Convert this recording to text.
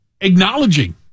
acknowledging